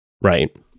Right